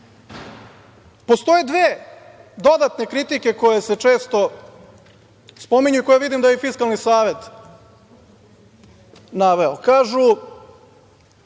uspelo. Postoje dve dodatne kritike koje se često spominju i koje vidim da je i Fiskalni savet naveo. Kažu